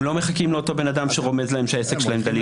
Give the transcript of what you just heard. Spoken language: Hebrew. הם לא מחכים לאותו בן אדם שרומז להם שהעסק שלהם דליק.